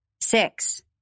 Six